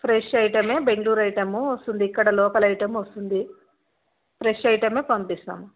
fresh ఐటమే బెంగుళూరు ఐటమూ వస్తుంది ఇక్కడ లోకల్ ఐటమ్ వస్తుంది ఫ్రెష్ ఐటమే పంపిస్తాం